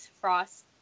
Frost